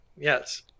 yes